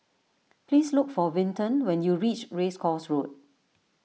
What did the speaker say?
please look for Vinton when you reach Race Course Road